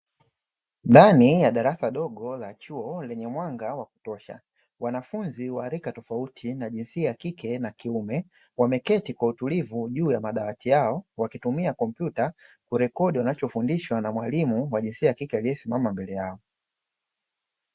Ndani ya darasa dogo la chuo lenye mwanga wa kutosha, wanafunzi wa rika tofauti na jinsia ya kike na kiume wameketi kwa utulivu juu ya madawati yao. Wakitumia kompyuta kurekodi wanachofundishwa na mwalimu wa jinsia ya kike aliyesimama mbele yao.